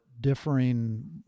differing